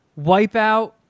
Wipeout